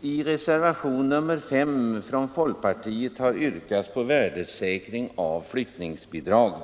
I reservationen 5 från folkpartiet har yrkats på värdesäkring av flyttningsbidragen.